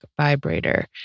vibrator